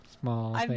small